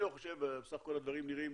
בסך הכול הדברים נראים